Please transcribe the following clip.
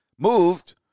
moved